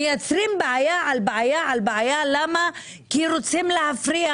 מייצרים בעיה על בעיה על בעיה כי רוצים להפריח